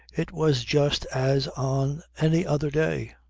it was just as on any other day.